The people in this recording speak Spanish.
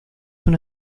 una